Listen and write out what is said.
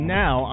now